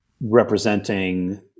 representing